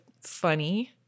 funny